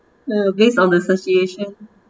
ah based on the association